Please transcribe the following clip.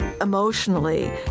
emotionally